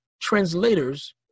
translators